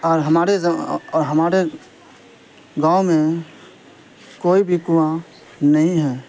اور ہمارے اور ہمارے گاؤں میں کوئی بھی کنواں نہیں ہے